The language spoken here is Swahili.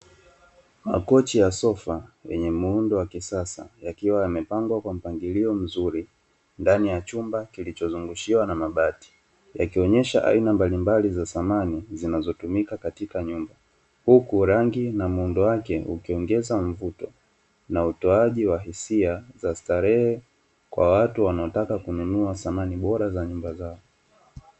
Makochi ya sofa yenye muundo wa kisasa yakiwa yamepangwa kwa mpangilio mzuri ndani ya chumba kilichozungushiwa na mabati, yakionyesha aina mbalimbali za samani zinazotumika katika nyumba; huku rangi na muundo wake ukiongeza mvuto na utaoji wa hisia za starehe kwa watu wanotaka kununua samani bora za nyumba zao.